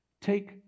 take